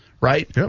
right